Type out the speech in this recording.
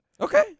Okay